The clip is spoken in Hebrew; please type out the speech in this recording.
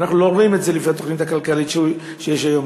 אנחנו לא רואים את זה לפי התוכנית הכלכלית שיש היום.